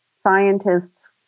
scientists